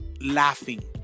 laughing